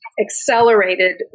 accelerated